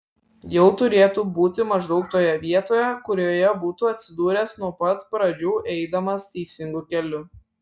jau turėtų būti maždaug toje vietoje kurioje būtų atsidūręs nuo pat pradžių eidamas teisingu keliu